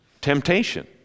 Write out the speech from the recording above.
Temptation